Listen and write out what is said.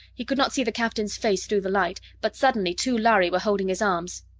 he could not see the captain's face through the light, but suddenly two lhari were holding his arms.